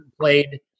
played